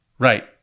Right